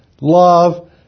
love